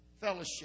Fellowship